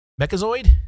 Mechazoid